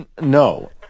no